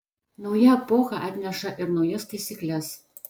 nauja epocha atneša ir naujas taisykles